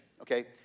okay